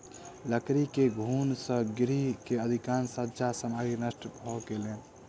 लकड़ी के घुन से गृह के अधिकाँश सज्जा सामग्री नष्ट भ गेलैन